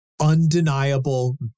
undeniable